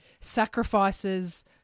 sacrifices –